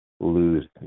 lose